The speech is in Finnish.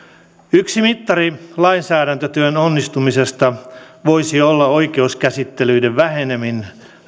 yksi mittari lainsäädäntötyön onnistumisesta voisi olla oikeuskäsittelyiden väheneminen